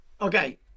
Okay